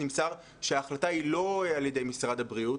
נמסר שההחלטה היא לא על ידי משרד הבריאות.